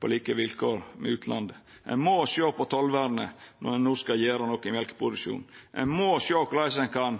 på like vilkår med utlandet. Ein må sjå på tollvernet når ein no skal gjera noko i mjølkeproduksjonen. Ein må sjå korleis ein kan